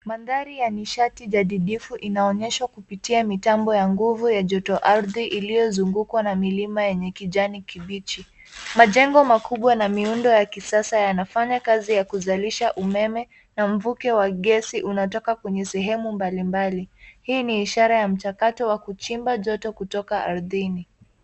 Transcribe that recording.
Mandhari ya nishati nadhifu inaonyeshwa kupitia mitambo ya nguvu ya joto ardhi iliyozugukwa na milima ya kijani kibichi. Majengo makubwa na miundo ya kisasa yanafanya kazi ya kuzalisha umeme na mvuke wa gesi unatoka kwenye sehemu mbalimbali. Hii ni ishara ya mchakato wa kuchimba joto kutoka ardhini.